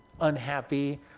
unhappy